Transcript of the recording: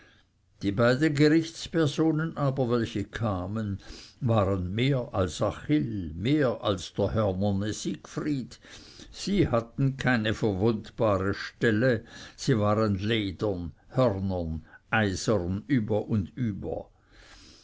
die beiden gerichtspersonen aber welche kamen waren mehr als achill mehr als der hörnerne siegfried sie hatten keine verwundbare stelle sie waren ledern hörnern eisern über und über